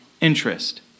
interest